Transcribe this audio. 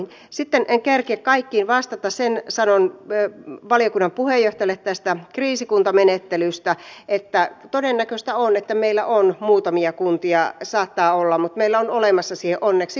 sitten en kerkiä kaikkiin vastata sen sanon valiokunnan puheenjohtajalle tästä kriisikuntamenettelystä että todennäköistä on että meillä saattaa siinä olla muutamia kuntia mutta meillä on olemassa siihen onneksi välineet